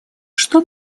что